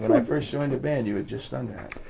and i first joined the band you had just done that.